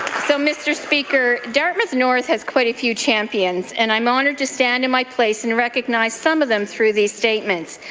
so, mr. speaker, dartmouth north has quite a few champions and i'm honoured to stand in my place and recognize some of them through these statements.